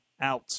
out